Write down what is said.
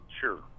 Sure